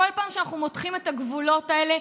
כל פעם שאנחנו מותחים את הגבולות האלה,